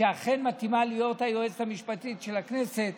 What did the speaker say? שאכן מתאימה להיות היועצת המשפטית של הכנסת.